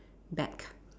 back